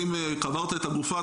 אם קברת את הגופה,